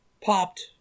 popped